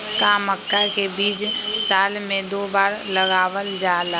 का मक्का के बीज साल में दो बार लगावल जला?